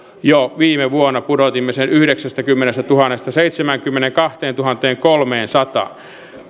jo viime vuonna pudotimme sen yhdeksästäkymmenestätuhannesta seitsemäänkymmeneenkahteentuhanteenkolmeensataan